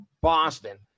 Boston